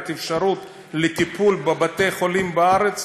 אפשרות לטיפול בבתי-חולים בארץ,